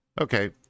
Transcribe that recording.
Okay